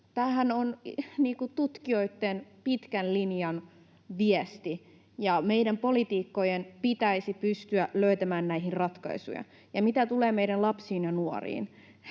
Tämähän on tutkijoitten pitkän linjan viesti, ja meidän poliitikkojen pitäisi pystyä löytämään näihin ratkaisuja. Mitä tulee meidän lapsiin ja nuoriin,